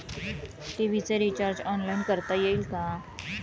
TV चे recharge online करता येईल का?